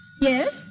Yes